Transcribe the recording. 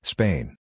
Spain